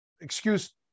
excuse